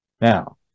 Now